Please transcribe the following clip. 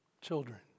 children